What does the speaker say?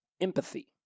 empathy